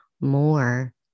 more